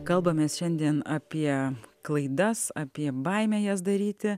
kalbamės šiandien apie klaidas apie baimę jas daryti